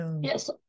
Yes